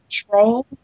control